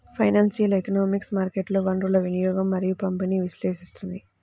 financial economics మార్కెట్లలో వనరుల వినియోగం మరియు పంపిణీని విశ్లేషిస్తుంది